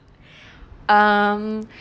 um